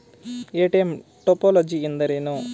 ATM topology ಎಂದರೇನು?